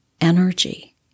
energy